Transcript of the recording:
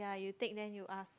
yeah you take then you ask